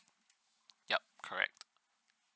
yup correct